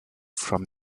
from